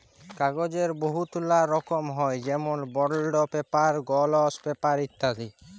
কাগ্যজের বহুতলা রকম হ্যয় যেমল বল্ড পেপার, গলস পেপার ইত্যাদি